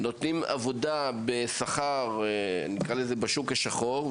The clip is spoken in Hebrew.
נותנים עבודה בשכר כמו בשוק השחור,